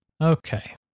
Okay